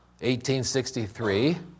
1863